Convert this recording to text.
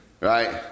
Right